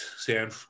San